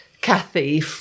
Kathy